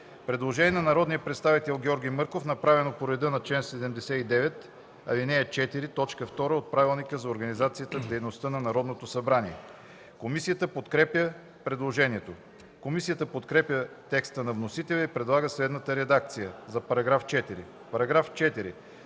Предложение на народния представител Георги Мърков, направено по реда на чл. 79, ал. 4, т. 2 от Правилника за организацията и дейността на Народното събрание. Комисията подкрепя предложението. Комисията подкрепя по принцип текста на вносителя и предлага следната редакция за § 4: „§ 4.